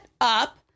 up